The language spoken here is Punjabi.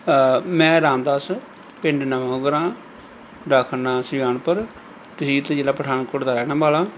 ਮੈਂ ਰਾਮਦਾਸ ਪਿੰਡ ਨਵਾਂ ਗਰਾਂ ਡਾਕ ਖਾਨਾ ਸੁਜਾਨਪੁਰ ਤਹਿਸੀਲ ਅਤੇ ਜਿਲ੍ਹਾ ਪਠਾਨਕੋਟ ਦਾ ਰਹਿਣ ਵਾਲਾ